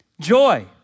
joy